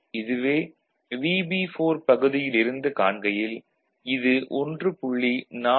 இதுவே VB4 பகுதியில் இருந்து காண்கையில் இது 1